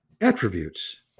attributes